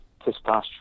testosterone